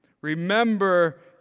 Remember